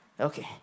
Okay